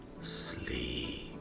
sleep